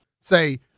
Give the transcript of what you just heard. say